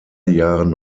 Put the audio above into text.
jahren